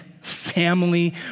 family